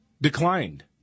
declined